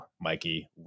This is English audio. Mikey